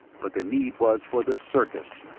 but the need was for the circus,